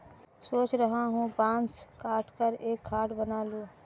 सोच रहा हूं बांस काटकर एक खाट बना लूं